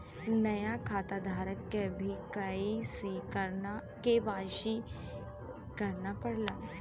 नया खाताधारक के भी के.वाई.सी करना पड़ला